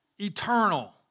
eternal